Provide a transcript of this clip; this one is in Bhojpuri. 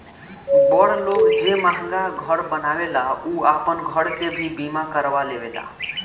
बड़ लोग जे महंगा घर बनावेला उ आपन घर के भी बीमा करवा लेवेला